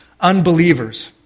unbelievers